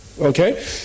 Okay